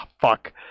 Fuck